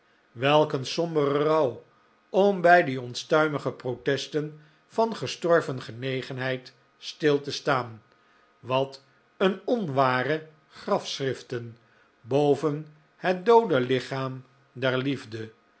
een sombere rouw om bij die onstuimige protesten van gestorven genegenheid stil te staan wat een onware grafschriften boven het doode lichaam der liefde